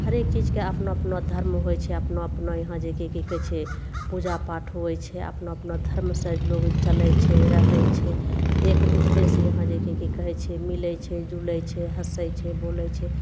हरेक चीजके अपना अपना धर्म होइ छै अपना अपना यहाँ जेकी कि कहै छै पूजापाठ होइ छै अपना अपना धर्म सँ लोक चलै छै रहै छै एक दूसरे से यहाँ जेकी की कहै छै मिलै छै जुलै छै हँसै छै बोलै छै